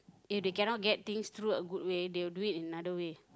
if they cannot get things through a good way they will do it another way